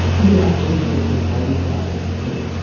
you will actually increase your craving for that healthy food.